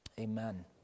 Amen